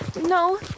No